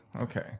Okay